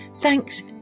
Thanks